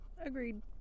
Agreed